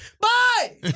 Bye